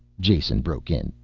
jason broke in,